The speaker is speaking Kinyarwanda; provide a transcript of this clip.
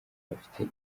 bafite